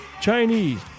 Chinese